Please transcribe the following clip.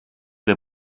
der